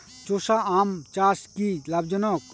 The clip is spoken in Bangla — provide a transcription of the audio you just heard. চোষা আম চাষ কি লাভজনক?